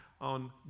on